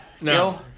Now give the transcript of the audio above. No